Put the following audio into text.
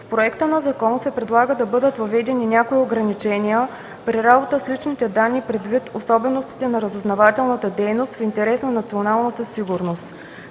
В Проекта на закон се предлага да бъдат въведени някои ограничения при работа с личните данни предвид особеностите на разузнавателната дейност в интерес на националната сигурност.